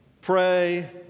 Pray